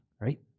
right